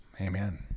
Amen